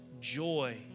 joy